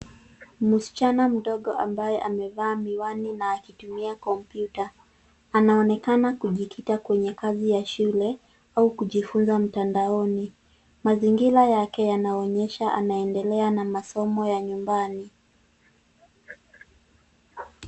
Msichana mdogo ambaye amevaa miwani na aikitumia kompyuta. Anaonekana kujikita kwenye kazi ya shule au kujifunza mtandaoni. Mazingira yake yanaonesha kuwa anaenendelea na masomo ya nyumbani.